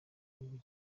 igihugu